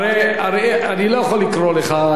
חבר הכנסת זחאלקה,